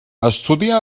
estudià